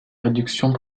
réduction